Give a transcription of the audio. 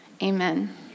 Amen